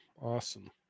awesome